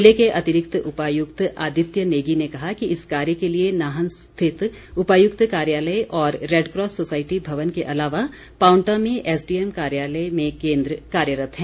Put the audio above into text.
ज़िले के अतिरिक्त उपायुक्त आदित्य नेगी ने कहा कि इस कार्य के लिए नाहन स्थित उपायुक्त कार्यालय और रेडक्रॉस सोसायटी भवन के अलावा पांवटा में एसडीएम कार्यालय में केन्द्र कार्यरत हैं